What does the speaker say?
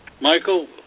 Michael